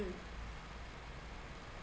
mm